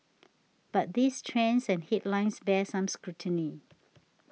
but these trends and headlines bear some scrutiny